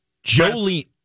Jolie